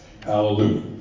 Hallelujah